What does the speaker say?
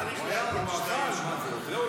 שיאכל, הוא לועס.